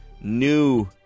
new